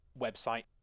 website